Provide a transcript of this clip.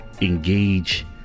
engage